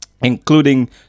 including